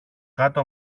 κάτω